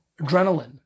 adrenaline